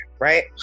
right